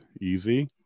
easy